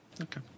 Okay